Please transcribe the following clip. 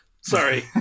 Sorry